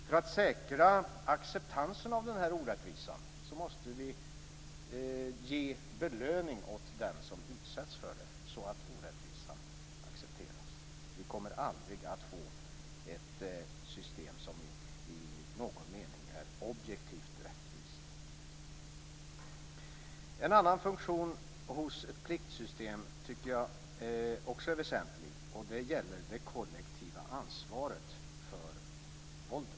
För att säkra acceptansen av denna orättvisa måste vi ge belöning till den som utsätts för den, så att orättvisan accepteras. Vi kommer aldrig att få ett system som i någon mening objektivt är rättvist. En annan funktion hos ett pliktsystem som jag också tycker är väsentlig gäller det kollektiva ansvaret för våldet.